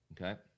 Okay